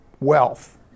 wealth